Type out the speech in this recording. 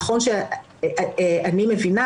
אני מבינה